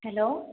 hello